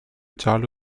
giallo